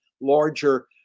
larger